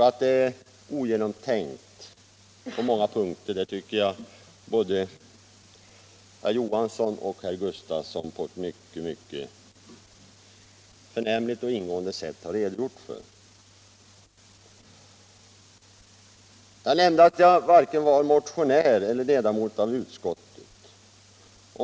Att det är ogenomtänkt på många punkter tycker jag både herr Johansson i Trollhättan och herr Gustafsson i Ronneby på ett förnämligt och ingående sätt har redogjort för. Jag nämnde att jag varken är motionär eller ledamot i utskottet.